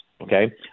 okay